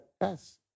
Yes